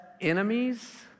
enemies